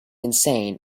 insane